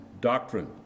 doctrine